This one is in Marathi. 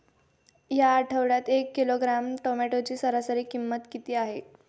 या आठवड्यात एक किलोग्रॅम टोमॅटोची सरासरी किंमत किती आहे?